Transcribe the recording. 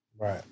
Right